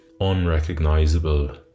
unrecognizable